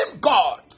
God